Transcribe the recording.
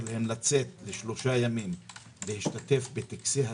להם לצאת לשלושה ימים להשתתף בטקסי הסיום.